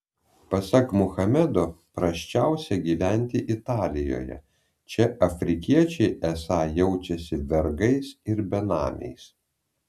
pasak muhamedo prasčiausia gyventi italijoje čia afrikiečiai esą jaučiasi vergais ir benamiais